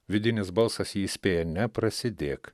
vidinis balsas jį įspėja neprasidėk